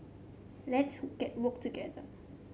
let's get work what together